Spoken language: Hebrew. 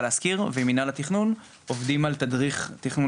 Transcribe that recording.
להשכיר" ועם מינהל התכנון עובדים על תדריך תכנון